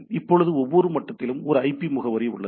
இப்போது ஒவ்வொரு மட்டத்திலும் ஒரு ஐபி முகவரி உள்ளது